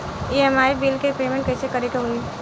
EMI bill के payment कइसे करे के होई?